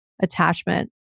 attachment